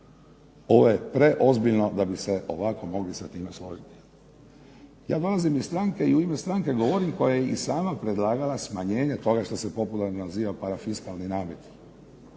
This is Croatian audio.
Ovo je preozbiljno da bi se ovako mogli sa time složiti. Ja dolazim iz stranke i u ime stranke govorim koja je i sama predlagala smanjenje toga što se popularno naziva parafiskalni namet.